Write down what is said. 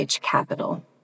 Capital